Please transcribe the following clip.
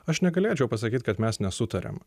aš negalėčiau pasakyt kad mes nesutariam